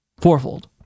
Fourfold